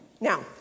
Now